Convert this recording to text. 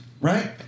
right